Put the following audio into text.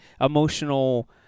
emotional